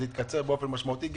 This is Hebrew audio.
התורים התקצרו באופן משמעותי,